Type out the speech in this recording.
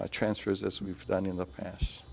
transfers as we've done in the pas